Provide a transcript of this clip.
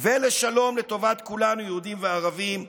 ולשלום לטובת כולנו, יהודים וערבים.